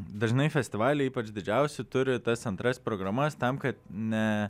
dažnai festivaliai ypač didžiausi turi tas antras programas tam kad ne